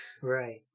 Right